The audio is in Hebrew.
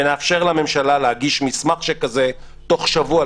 ונאפשר לממשלה להגיש מסמך שכזה תוך שבוע,